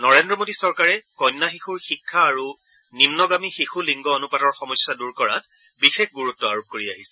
নৰেন্দ্ৰ মোদী চৰকাৰে কন্যা শিশুৰ শিক্ষা আৰু নিম্নগামী শিশু লিংগ অনুপাতৰ সমস্যা দূৰ কৰাত বিশেষ গুৰুত্ব আৰোপ কৰি আহিছে